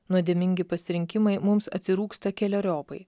nuodėmingi pasirinkimai mums atsirūgsta keleriopai